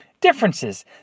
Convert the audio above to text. Differences